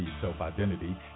self-identity